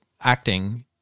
acting